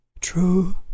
true